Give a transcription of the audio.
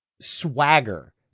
swagger